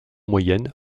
moyenne